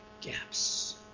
gaps